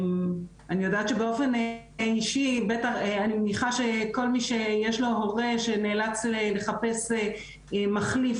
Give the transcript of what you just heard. אני יודעת שבאופן אישי אני מניחה שכל מי שיש לו הורה שנאלץ לחפש מחליף